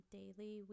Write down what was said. daily